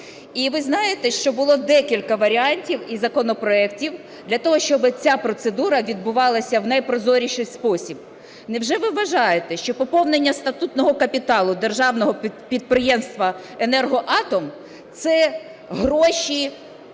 І ви знаєте, що було декілька варіантів і законопроектів для того, щоби ця процедура відбувалася в найпрозоріший спосіб. Невже ви вважаєте, що поповнення статутного капіталу Державного підприємства "Енергоатом" – це гроші